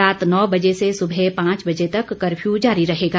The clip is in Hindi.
रात नौ बजे से सुबह पांच बजे तक कर्फ्यू जारी रहेगा